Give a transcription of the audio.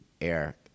air